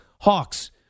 Hawks